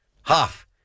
Huff